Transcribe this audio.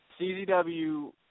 CZW